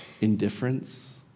indifference